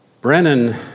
Brennan